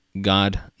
God